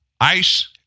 ICE